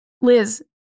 Liz